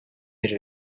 bir